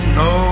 no